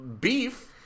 beef